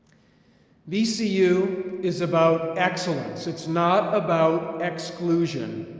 vcu is about excellence. it's not about exclusion.